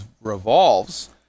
revolves